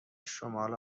شمال